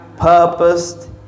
purposed